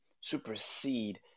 supersede